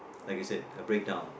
like I said a breakdown